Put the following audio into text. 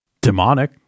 demonic